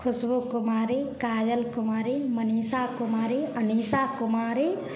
Khushbu Kumari Kajal Kumari Manisha Kumari Anisha Kumari